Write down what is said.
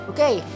Okay